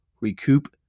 recoup